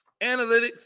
analytics